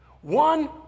One